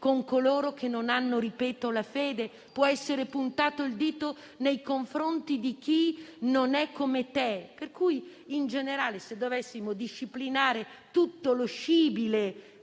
con coloro che non hanno la fede; può essere puntato il dito nei confronti di chi non è come te. Quindi, in generale, se dovessimo disciplinare tutto lo scibile